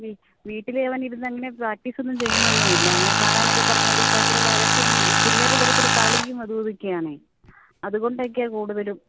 വീ വീട്ടിലവൻ ഇരുന്നങ്ങനെ പ്രാക്ടീസൊന്നും ചെയ്യുന്നൊന്നുമില്ല അങ്ങനെ പാടാനൊക്കെ പറഞ്ഞാലും ഭയങ്കര വഴക്കും പിള്ളേരെ കൂടെ കൂടെ കളിയും അതും ഇതൊക്കെയാണ് അതുകൊണ്ടൊക്കെയാണ് കൂടുതലും